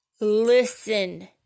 Listen